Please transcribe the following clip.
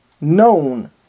known